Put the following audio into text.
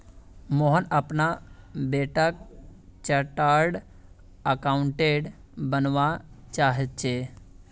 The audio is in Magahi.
सोहन अपना बेटाक चार्टर्ड अकाउंटेंट बनवा चाह्चेय